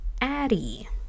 Addie